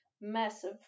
massive